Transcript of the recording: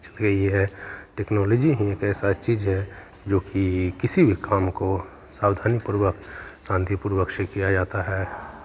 गई है टेक्नोलॉजी ही एक ऐसा चीज़ है जो कि किसी भी काम को सावधानी पूर्वक शांतिपूर्वक से किया जाता है